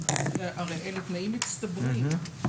הרי אלה תנאים מצטברים.